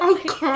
Okay